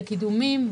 בקידומים,